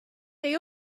they